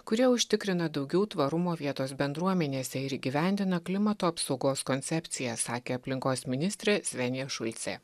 kurie užtikrina daugiau tvarumo vietos bendruomenėse ir įgyvendina klimato apsaugos koncepciją sakė aplinkos ministrė svenija šulcė